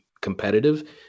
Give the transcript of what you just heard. competitive